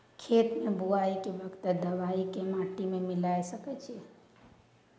खेत के बुआई के वक्त दबाय के माटी में मिलाय सके छिये?